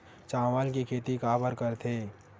चावल के खेती काबर करथे?